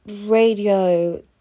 radio